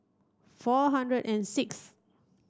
four hundred and six